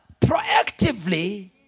proactively